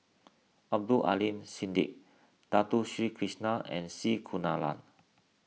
Abdul Aleem Siddique Dato Sri Krishna and C Kunalan